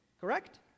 Correct